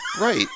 Right